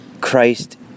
Christ